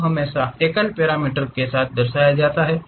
curve हमेशा एकल parameter के साथ दर्शाया जाता है